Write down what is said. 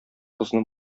кызны